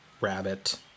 rabbit